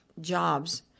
jobs